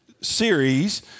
series